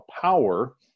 power